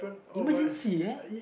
emergency uh